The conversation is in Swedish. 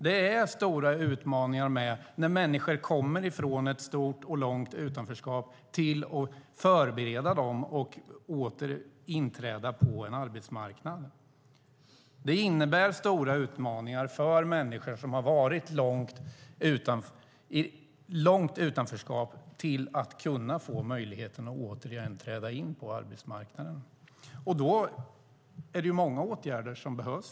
Det innebär stora utmaningar när människor kommer från ett stort och långt utanförskap och ska förberedas för att åter inträda på arbetsmarknaden. Det innebär stora utmaningar för människor som har varit länge i ett utanförskap att få möjlighet att återigen träda in på arbetsmarknaden. Då behövs många åtgärder.